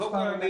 קודם כול,